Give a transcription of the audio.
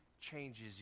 changes